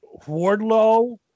Wardlow